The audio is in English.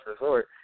resort